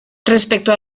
respecto